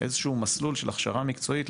איזשהו מסלול של הכשרה מקצועית.